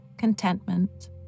contentment